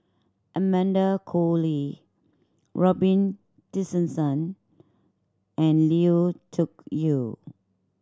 Amanda Koe Lee Robin Tessensohn and Lui Tuck Yew